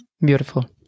Beautiful